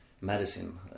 medicine